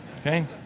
Okay